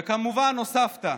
וכמובן הוספת: